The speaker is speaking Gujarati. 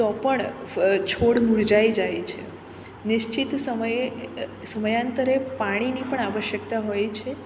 તો પણ મુર્જા છોડ મુરજાઈ જાય છે નિશ્ચિત સમયે સમયાંતરે પાણીની પણ આવશ્યકતા હોય છે